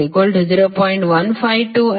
595 A I2 0